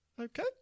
Okay